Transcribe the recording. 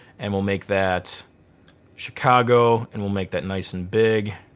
and we'll make that chicago. and we'll make that nice and big.